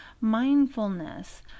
Mindfulness